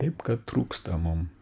taip kad trūksta mum